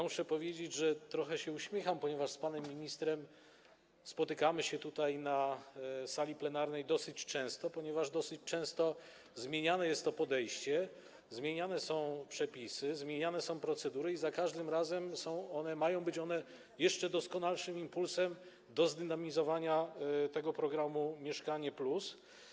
Muszę powiedzieć, że trochę się uśmiecham, bo z panem ministrem spotykamy się tutaj, na sali plenarnej, dosyć często, ponieważ dosyć często zmieniane jest to podejście, zmieniane są przepisy, zmieniane są procedury i za każdym razem mają być one jeszcze doskonalszym impulsem do zdynamizowania programu „Mieszkanie+”